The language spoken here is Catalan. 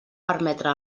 permetre